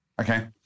Okay